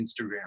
Instagram